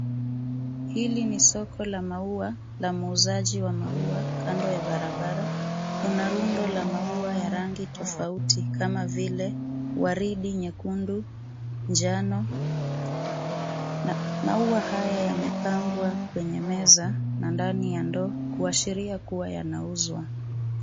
Hili ni soko la maua la muuzaji wa maua kando ya barabara. Kuna rundo la maua ya rangi tofauti kama vile waridi, nyekundu , njano na maua haya yamepangwa kwenye meza na ndani ya ndoo kuashiria kuwa yanauzwa.